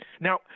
Now